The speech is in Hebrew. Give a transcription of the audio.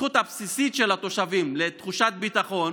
הזכות הבסיסית של התושבים לתחושת ביטחון,